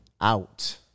out